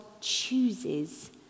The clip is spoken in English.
chooses